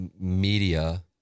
media